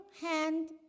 hand